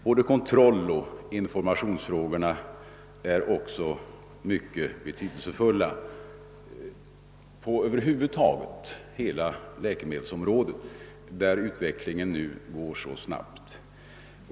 Både kontrolloch informationsfrågorna är mycket betydelsefulla på läkemedelsområdet över huvud taget, där utvecklingen nu går snabbt.